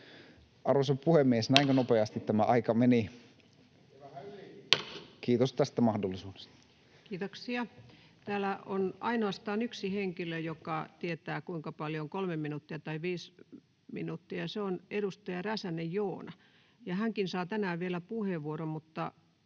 Arvoisa puhemies! Näinkö nopeasti tämä aika meni? [Aki Lindén: Ja vähän ylikin!] — Kiitos tästä mahdollisuudesta. Kiitoksia. — Täällä on ainoastaan yksi henkilö, joka tietää, kuinka paljon on kolme minuuttia tai viisi minuuttia, ja se on edustaja Räsänen, Joona, ja hänkin saa tänään vielä puheenvuoron. — Mutta